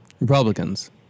Republicans